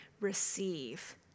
receive